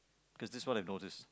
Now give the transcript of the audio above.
cause this is what I've notice